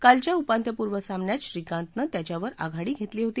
कालच्या उपांत्यपूर्व सामन्यात श्रीकांतनं त्याच्यावर आघाडी घेतली होती